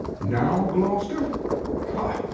now gloster ha!